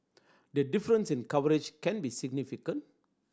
the difference in coverage can be significant